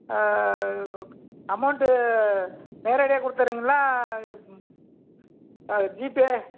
amount நேரடியாக கொடுத்துறீங்களா GPay